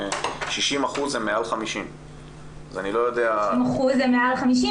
60% הם מעל 50. 60% הם מעל 50,